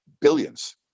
billions